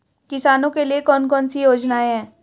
किसानों के लिए कौन कौन सी योजनाएं हैं?